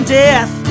death